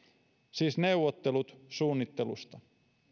siis neuvottelut suunnittelusta